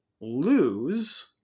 lose